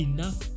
Enough